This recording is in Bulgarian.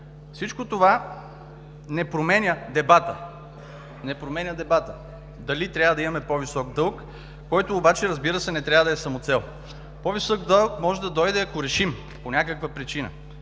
Всичко това не променя дебата дали трябва да имаме по-висок дълг, който обаче не трябва да е самоцел. По-висок дълг може да дойде, ако решим по някаква причина